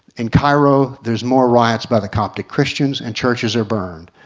in cairo there's more riots by the coptic christians and churches are burned.